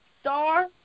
Star